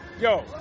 Yo